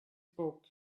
book